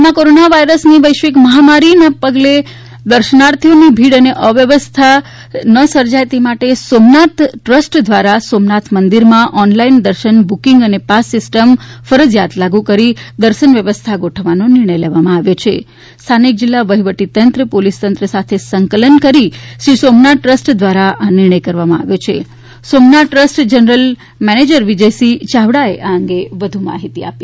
હાલમાં કોરોના વાઈરસની વેશ્વીક મહામારી ચાલુ હોય અને દર્શનાર્થીઓ ની ભીડ અને અવ્યવસ્થા ના સર્જાય તે માટે સોમનાથ ટ્રસ્ટ દ્વારા સોમનાથ મંદિરમાં ઓનલાઈન દર્શન બુકિંગ અને પાસ સીસ્ટમ ફરજીયાત લાગુ કરી દર્શન વ્યવસ્થા ગોઠવવાનો નિર્ણય લેવામાં આવ્યો છે સ્થાનિક જીલ્લા વહીવટી તંત્ર પોલીસ તંત્ર સાથે સંકલન મીટીંગ કરી શ્રી સોમનાથ ટ્રસ્ટ દ્વારા નિર્ણય કરવામાં આવ્યો છે Somnath trust general manager Vijaysinh ચાવડાએ આ અંગે વધુ માહિતી આપી